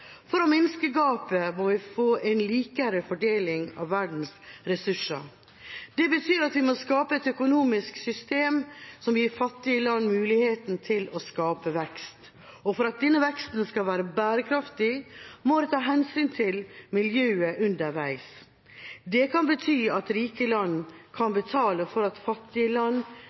For å minske gapet må vi få en jevnere fordeling av verdens ressurser. Det betyr at vi må skape et økonomisk system som gir fattige land muligheten til å skape vekst. For at denne veksten skal være bærekraftig, må vi underveis ta hensyn til miljøet. Det kan bety at rike land kan